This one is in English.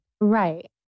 Right